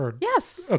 yes